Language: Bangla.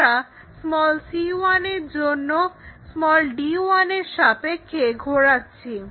আমরা c1 এর জন্য d1 এর সাপেক্ষে ঘোরাচ্ছি